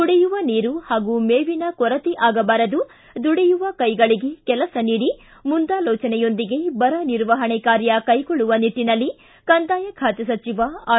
ಕುಡಿಯುವ ನೀರು ಹಾಗೂ ಮೇವಿನ ಕೊರತೆ ಆಗಬಾರದು ದುಡಿಯುವ ಕೈಗಳಿಗೆ ಕೆಲಸ ನೀಡಿ ಮುಂದಾಲೋಚನೆಯೊಂದಿಗೆ ಬರ ನಿರ್ವಹಣೆ ಕಾರ್ಯ ಕೈಗೊಳ್ಳುವ ನಿಟ್ಟನಲ್ಲಿ ಕಂದಾಯ ಖಾತೆ ಸಚಿವ ಆರ್